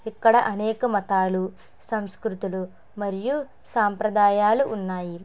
ఇక్కడ అనేక మతాలు సంస్కృతులు మరియు సాంప్రదాయాలు ఉన్నాయి